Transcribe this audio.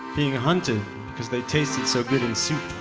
being hunted because they tasted so good in soup.